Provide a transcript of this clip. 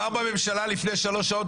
הוא עבר בממשלה לפני שלוש שעות,